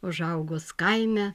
užaugus kaime